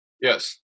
Yes